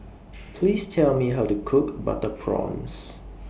Please Tell Me How to Cook Butter Prawns